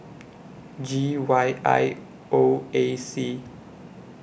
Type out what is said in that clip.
G Y I O A C